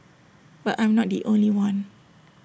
but I'm not the only one